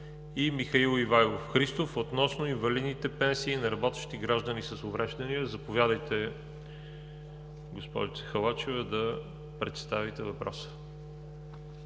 и Михаил Ивайлов Христов относно инвалидните пенсии на работещи граждани с увреждания. Заповядайте, госпожице Халачева, да представите въпроса.